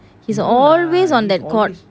he's always on that court